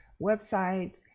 website